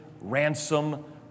ransom